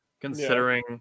considering